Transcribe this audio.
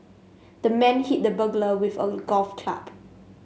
the man hit the burglar with a golf club